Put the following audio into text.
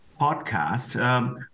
podcast